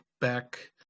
back